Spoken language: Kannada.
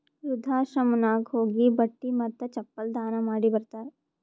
ವೃದ್ಧಾಶ್ರಮನಾಗ್ ಹೋಗಿ ಬಟ್ಟಿ ಮತ್ತ ಚಪ್ಪಲ್ ದಾನ ಮಾಡಿ ಬರ್ತಾರ್